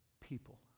people